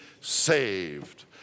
saved